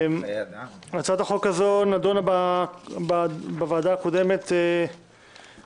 הצעת החוק הזאת נידונה בוועדה הקודמת ואושרה